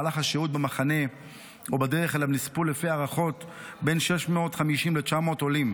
במהלך השהות במחנה או בדרך אליו נספו בין 650 ל-900 עולים.